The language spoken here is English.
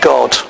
God